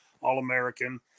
All-American